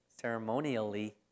ceremonially